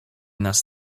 nas